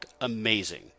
amazing